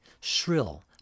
shrill